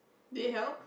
they help